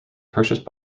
purchased